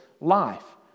life